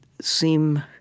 seem